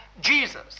Jesus